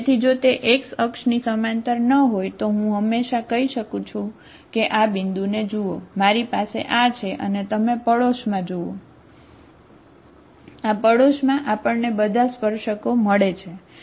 તેથી જો તે x અક્ષની સમાંતર ન હોય તો હું હંમેશા કહી શકું છું કે આ બિંદુને જુઓ મારી પાસે આ છે અને તમે પડોશમાં જુઓ આ પડોશમાં આપણને બધા સ્પર્શકો મળે છે બરાબર